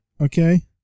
Okay